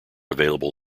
available